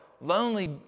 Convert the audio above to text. lonely